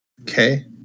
Okay